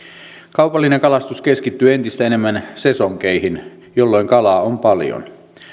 kaupallinen kalastus keskittyy entistä enemmän sesonkeihin jolloin kalaa on paljon